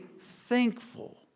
thankful